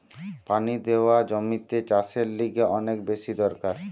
পানি দেওয়া জমিতে চাষের লিগে অনেক বেশি দরকার